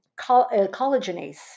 collagenase